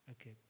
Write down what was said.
Okay